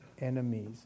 enemies